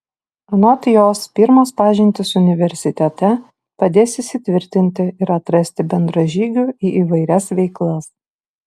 anot jos pirmos pažintys universitete padės įsitvirtinti ir atrasti bendražygių į įvairias veiklas